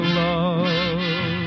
love